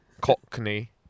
cockney